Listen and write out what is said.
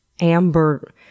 amber